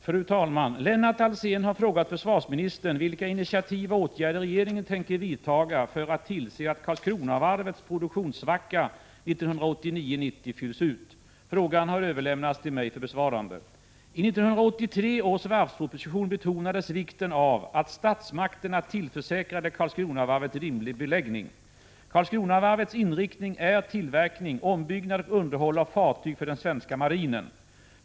Fru talman! Lennart Alsén har frågat försvarsministern vilka initiativ och åtgärder regeringen tänker vidta för att tillse att Karlskronavarvets produktionssvacka 1989-1990 fylls ut. Frågan har överlämnats till mig för besvarande. I 1983 års varvsproposition betonades vikten av att statsmakterna tillförsäkrade Karlskronavarvet rimlig beläggning. Karlskronavarvets inriktning är tillverkning, ombyggnad och underhåll av fartyg för den svenska marinen.